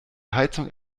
heizung